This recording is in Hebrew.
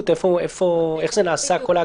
אז אם יש שאלות,